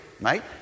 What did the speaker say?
right